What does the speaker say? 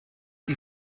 die